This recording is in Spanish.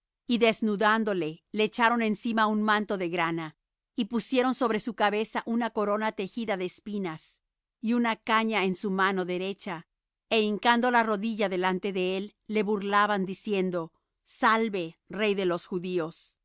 y desnudándole le echaron encima un manto de grana y pusieron sobre su cabeza una corona tejida de espinas y una caña en su mano derecha é hincando la rodilla delante de él le burlaban diciendo salve rey de los judíos